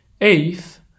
Eighth